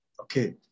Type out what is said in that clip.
Okay